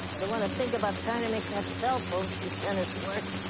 i don't want to think about trying to make that cell phone she sent us work.